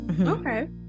okay